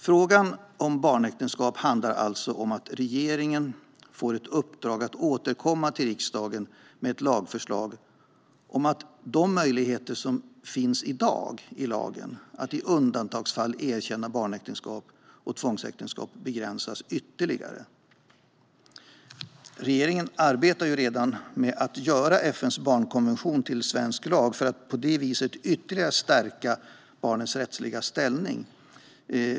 Frågan om barnäktenskap handlar alltså om att regeringen får ett uppdrag att återkomma till riksdagen med ett lagförslag om att ytterligare begränsa de möjligheter som i dag finns i lagen att i undantagsfall erkänna barnäktenskap och tvångsäktenskap. Regeringen arbetar redan med att göra FN:s barnkonvention till svensk lag för att på så vis ytterligare stärka barnens rättsliga ställning.